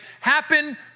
happen